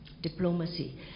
diplomacy